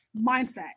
Mindset